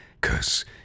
cause